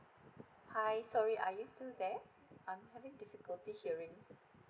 hi sorry are you still there I'm having difficulty hearing